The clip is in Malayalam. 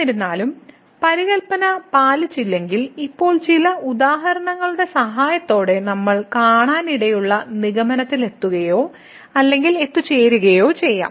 എന്നിരുന്നാലും പരികല്പന പാലിച്ചില്ലെങ്കിൽ ഇപ്പോൾ ചില ഉദാഹരണങ്ങളുടെ സഹായത്തോടെ നമ്മൾ കാണാനിടയുള്ള നിഗമനത്തിലെത്തുകയോ അല്ലെങ്കിൽ എത്തിച്ചേരുകയോ ചെയ്യാം